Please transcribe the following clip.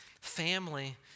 family